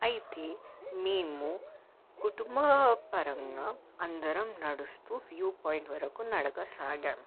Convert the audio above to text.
అయితే మేము కుటుంబ పరంగా అందరం నడుస్తూ వ్యూ పాయింట్ వరకు నడక సాగాం